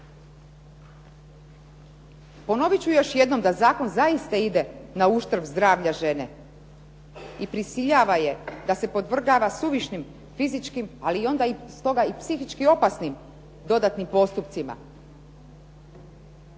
Ponovit ću još jednom da zakon zaista ide na uštrb zdravlja žene i prisiljava je da se podvrgava suvišnim fizičkim, ali onda stoga i psihički opasnim dodatnim postupcima.